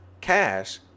cash